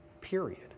period